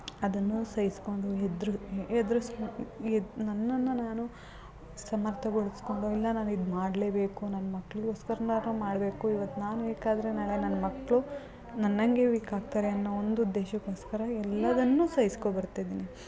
ಅದನ್ನೂ ಸಹಿಸ್ಕೊಂಡು ಎದ್ರೂ ಎದ್ರುಸ್ ಎದ್ ನನ್ನನ್ನು ನಾನು ಸಮರ್ಥಗೊಳಿಸಿಕೊಂಡು ಇಲ್ಲ ನಾನು ಇದು ಮಾಡಲೇಬೇಕು ನನ್ನ ಮಕ್ಕಳಿಗೋಸ್ಕರನಾದ್ರು ಮಾಡಬೇಕು ಇವತ್ತು ನಾನು ವೀಕ್ ಆದರೆ ನಾಳೆ ನನ್ನ ಮಕ್ಕಳು ನನ್ನ ಹಂಗೆ ವೀಕ್ ಆಗ್ತಾರೆ ಅನ್ನೋ ಒಂದು ಉದ್ದೇಶಕ್ಕೋಸ್ಕರ ಎಲ್ಲವನ್ನೂ ಸಹಿಸ್ಕೊ ಬರ್ತಿದೀನಿ